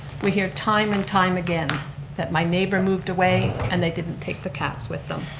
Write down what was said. we hear time and time again that my neighbor moved away and they didn't take the cats with them.